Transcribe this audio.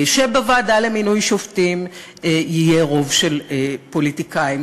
שבוועדה למינוי שופטים יהיה רוב של פוליטיקאים,